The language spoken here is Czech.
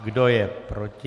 Kdo je proti?